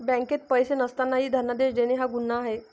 बँकेत पैसे नसतानाही धनादेश देणे हा गुन्हा आहे